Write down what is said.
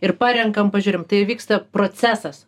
ir parenkam pažiūrim tai vyksta procesas